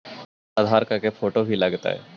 आधार card के photo भी लग तै?